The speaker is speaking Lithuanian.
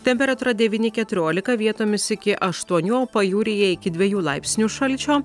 temperatūra devyni keturiolika vietomis iki aštuonių o pajūryje iki dviejų laipsnių šalčio